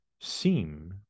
seem